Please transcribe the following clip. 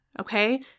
okay